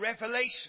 revelation